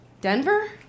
Denver